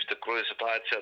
iš tikrųjų situacija